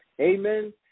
Amen